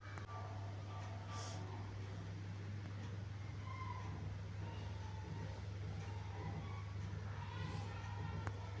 दक्षिण भारतामझार पिक कापणीना वखत पोंगल, उगादि आणि आओणमना सण साजरा करतस